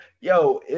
Yo